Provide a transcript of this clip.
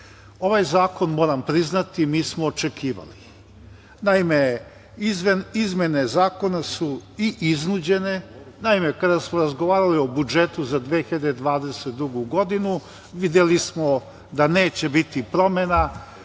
zakon moram priznati, smo očekivali. Naime, izmene zakona su i iznuđene. Kada smo razgovarali o budžetu za 2022. godinu, videli smo da neće biti promena